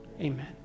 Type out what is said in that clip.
amen